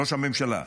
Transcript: ראש הממשלה,